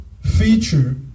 feature